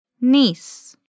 Niece